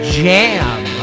jam